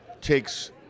takes